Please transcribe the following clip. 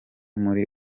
muri